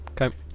Okay